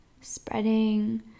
spreading